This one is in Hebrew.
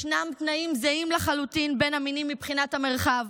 ישנם תנאים זהים לחלוטין בין המינים מבחינת המרחב,